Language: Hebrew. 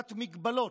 נטולת מגבלות,